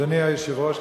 אדוני היושב-ראש,